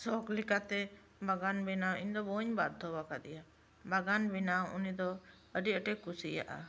ᱥᱚᱠ ᱞᱮᱠᱟᱛᱮ ᱵᱟᱜᱟᱱ ᱵᱮᱱᱟᱣ ᱤᱧ ᱫᱚ ᱵᱟᱹᱧ ᱵᱟᱫᱷᱚᱭᱟ ᱟᱠᱟᱫᱮᱭᱟ ᱵᱟᱜᱟᱱ ᱵᱮᱱᱟᱣ ᱩᱱᱤᱫᱚ ᱟᱹᱰᱤ ᱟᱴᱮ ᱠᱤᱥᱤᱭᱟᱜᱼᱟ